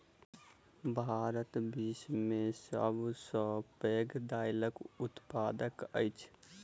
भारत विश्व में सब सॅ पैघ दाइलक उत्पादक अछि